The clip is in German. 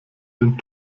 den